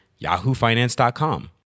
YahooFinance.com